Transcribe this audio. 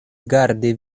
gardi